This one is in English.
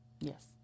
Yes